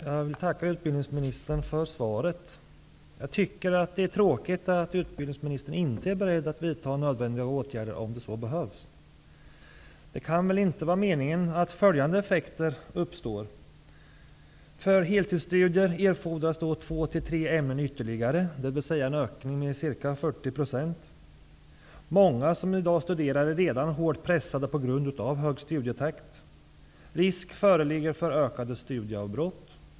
Jag vill tacka utbildningsministern för svaret. Jag tycker att det är tråkigt att utbildningsministern inte är beredd att vidta nödvändiga åtgärder om så behövs. För heltidsstudier erfordras två till tre ytterligare ämnen, dvs. en ökning med ca 40 %. Många som i dag studerar är redan hårt pressade på grund av hög studietakt. Risk föreligger för ökade studieavbrott.